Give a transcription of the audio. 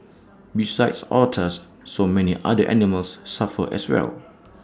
besides otters so many other animals suffer as well